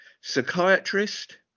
Psychiatrist